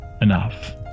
enough